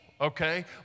okay